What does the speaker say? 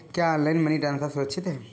क्या online money transfer सुरक्षित है?